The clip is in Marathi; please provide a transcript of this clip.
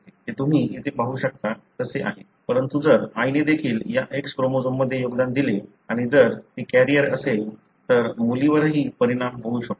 ते तुम्ही इथे पाहू शकता तसे आहे परंतु जर आईने देखील या X क्रोमोझोममध्ये योगदान दिले आणि जर ती कॅरियर असेल तर मुलीवरही परिणाम होऊ शकतो